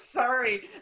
Sorry